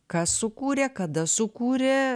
kas sukūrė kada sukūrė